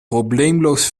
probleemloos